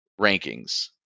rankings